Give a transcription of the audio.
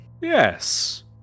Yes